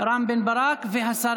רם בן ברק והשרה